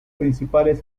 principales